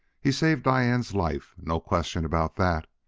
he saved diane's life, no question about that.